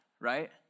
right